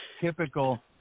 typical